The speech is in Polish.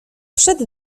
przed